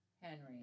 Henry